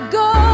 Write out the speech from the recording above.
go